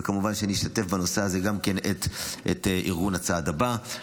וכמובן שאני אשתף בנושא הזה גם את ארגון הצעד הבא,